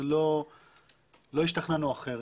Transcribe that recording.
לא השתכנענו אחרת.